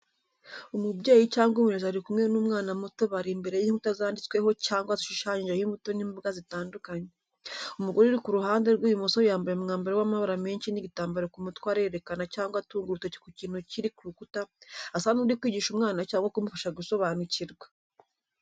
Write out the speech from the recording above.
Umubyeyi cyangwa umurezi ari kumwe n’umwana muto bari imbere y’inkuta zanditsweho cyangwa zishushanyijeho imbuto n’imboga zitandukanye. Umugore uri ku ruhande rw’ibumoso yambaye umwambaro w’amabara menshi n’igitambaro ku mutwe arerekana cyangwa atunga urutoki ku kintu kiri ku rukuta asa n’uri kwigisha umwana cyangwa kumufasha gusobanukirwa.